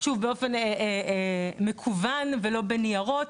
שוב, באופן מקוון ולא בניירות.